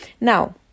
Now